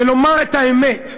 ולומר את האמת,